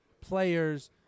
players